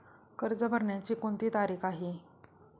कर्ज भरण्याची कोणती तारीख आहे?